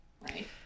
right